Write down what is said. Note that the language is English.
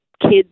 kids